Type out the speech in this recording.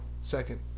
second